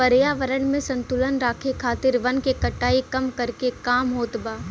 पर्यावरण में संतुलन राखे खातिर वन के कटाई कम करके काम होत बा